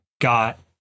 got